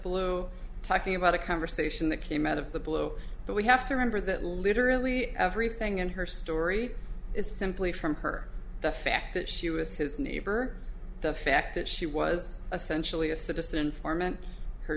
blue talking about a conversation that came out of the blue but we have to remember that literally everything in her story is simply from her the fact that she was his neighbor the fact that she was essentially a citizen informant her